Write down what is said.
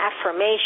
affirmation